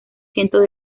cientos